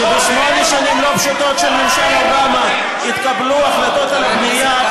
כשבשמונה השנים הלא-פשוטות של ממשל אובמה התקבלו החלטות על בנייה,